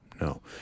no